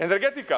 Energetika.